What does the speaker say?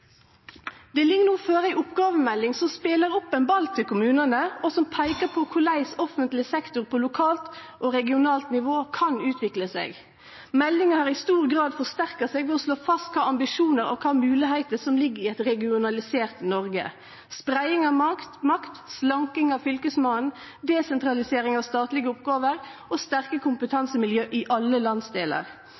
Det ligg no føre ei oppgåvemelding som spelar opp ein ball til kommunane, og som peikar på korleis offentleg sektor på lokalt og regionalt nivå kan utvikle seg. Meldinga har i stor grad forsterka seg ved å slå fast kva ambisjonar og kva moglegheiter som ligg i eit regionalisert Noreg: spreiing av makt, slanking av Fylkesmannen, desentralisering av statlege oppgåver og sterke kompetansemiljø i alle landsdelar